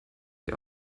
die